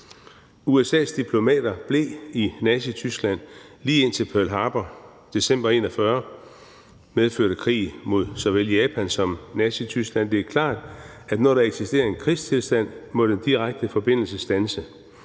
USA's diplomater blev i Nazityskland, lige indtil Pearl Harbor i december 1941 medførte krig mod såvel Japan som Nazityskland. Det er klart, at når der eksisterer en krigstilstand, må den direkte forbindelse standse,